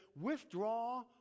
withdraw